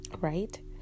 right